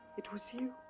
it was you.